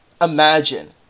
Imagine